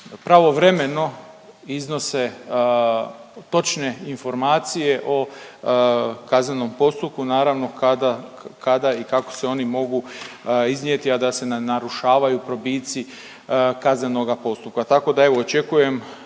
pravovremeno iznose točne informacije o kaznenom postupku, naravno, kada i kako se oni mogu iznijeti, a da se ne narušavaju probici kaznenoga postupka,